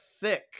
thick